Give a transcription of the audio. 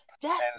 death